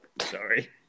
Sorry